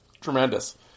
Tremendous